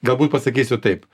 galbūt pasakysiu taip